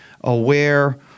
aware